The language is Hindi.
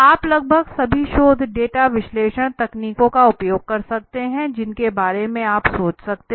आप लगभग सभी शोध डेटा विश्लेषण तकनीकों का उपयोग कर सकते हैं जिनके बारे में आप सोच सकते हैं